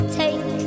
take